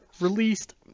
released